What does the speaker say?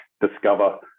discover